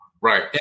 Right